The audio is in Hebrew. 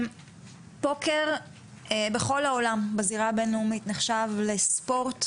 פוקר בכל העולם בזירה הבין לאומית נחשב לספורט,